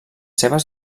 seves